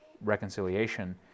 reconciliation